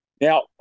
Now